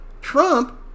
trump